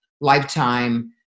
lifetime